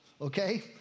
okay